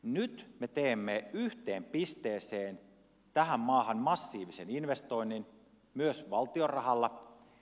nyt me teemme yhteen pisteeseen tähän maahan massiivisen investoinnin myös valtion rahalla